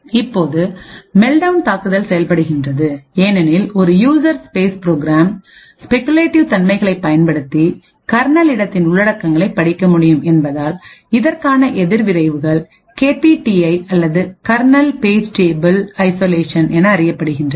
இப்போது மெல்ட்டவுன் தாக்குதல் செயல்படுகிறது ஏனெனில் ஒரு யூசர் ஸ்பேஸ் ப்ரோக்ராம்ஸ்பெகுலேட்டிவ் தன்மைகளை பயன்படுத்தி கர்னல் இடத்தின் உள்ளடக்கங்களைப் படிக்க முடியும் என்பதால் இதற்கான எதிர்விளைவுகள் கேபிடிஐ அல்லது கர்னல் பேஜ் டேபிள் இசொலேஷன் என அறியப்படுகின்றன